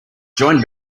join